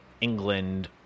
England